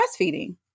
breastfeeding